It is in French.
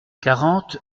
quarante